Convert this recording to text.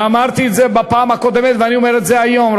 אמרתי את זה בפעם הקודמת ואני אומר את זה היום,